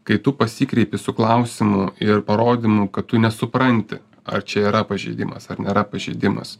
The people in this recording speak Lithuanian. kai tu pasikreipi su klausimu ir parodymu kad tu nesupranti ar čia yra pažeidimas ar nėra pažeidimas